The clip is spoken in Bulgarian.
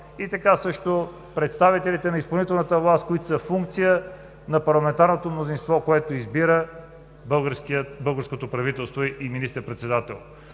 така също и представителите на изпълнителната власт, които са функция на парламентарното мнозинство, което избира българското правителство и министър-председателя.